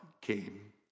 came